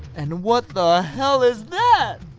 and what the hell is that!